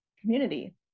community